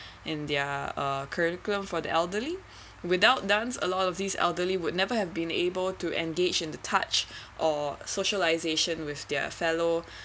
in their uh curriculum for the elderly without dance a lot of these elderly would never have been able to engage in the touch or socialisation with their fellow